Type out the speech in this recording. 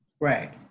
right